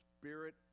spirit